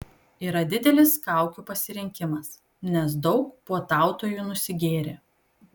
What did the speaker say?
yra didelis kaukių pasirinkimas nes daug puotautojų nusigėrė